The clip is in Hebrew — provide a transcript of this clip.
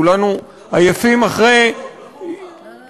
כולנו עייפים, לא מאוחר.